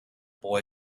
boy